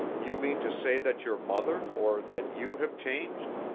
you mean to say that your mother, or that you have changed?